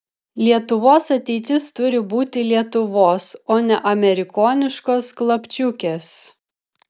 lietuvos ateitis turi būti lietuvos o ne amerikoniškos klapčiukės